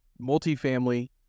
multifamily